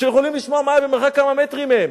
שיכולים לשמוע מה היה במרחק כמה מטרים מהם.